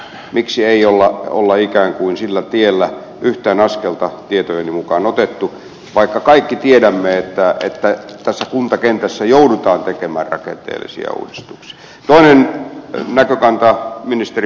miksi ei olla olla ikäänkuin sillä tiellä yhtään askelta tietojeni mukaan otettu vaikka kaikki tiedämme että rso kuntakentässä joudutaan tekemään rakenteellisiauuni oyn näkökantaa ministeri